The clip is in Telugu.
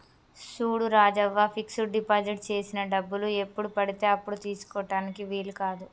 చూడు రాజవ్వ ఫిక్స్ డిపాజిట్ చేసిన డబ్బులు ఎప్పుడు పడితే అప్పుడు తీసుకుటానికి వీలు కాదు